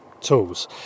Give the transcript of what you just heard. tools